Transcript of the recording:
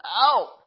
out